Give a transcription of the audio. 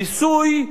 המיסוי,